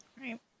Right